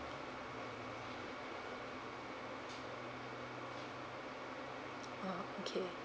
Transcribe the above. oh okay